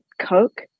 Coke